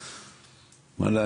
וואלה,